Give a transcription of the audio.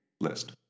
list